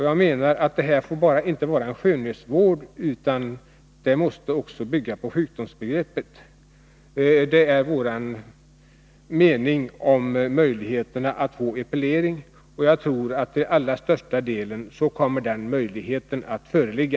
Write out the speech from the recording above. Jag menar att detta inte bara får vara skönhetsvård; man måste också bygga på sjukdomsbegreppet. Det är vår mening om möjligheten att få epilering, och jag tror att den möjligheten kommer att föreligga.